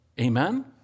Amen